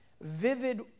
vivid